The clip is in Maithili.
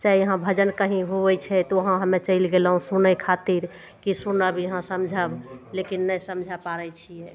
चाहे यहाँ भजन कहीं हुबै छै तऽ वहाँ हम्मे चलि गेलहुँ सुनय खातिर की सुनब यहाँ समझब लेकिन नहि समझय पाड़य छियै